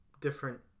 different